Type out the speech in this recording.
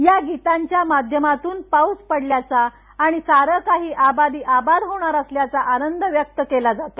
या गीतांच्या माध्यमांतून पाऊस पडल्याचा आणि सारं काही आबादी आबाद होणार असल्याचा आनंद व्यक्त केला जातो